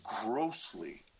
grossly